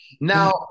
Now